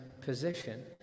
position